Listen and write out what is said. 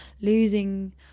losing